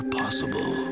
possible